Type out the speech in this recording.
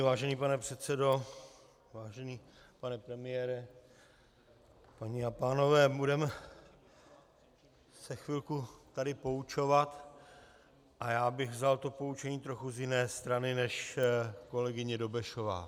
Vážený pane předsedo, vážený pane premiére, paní a pánové, budeme se chvilku tady poučovat a já bych vzal to poučení z trochu jiné strany než kolegyně Dobešová.